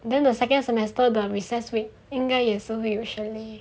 then the second semester the recess week 应该也是会有 chalet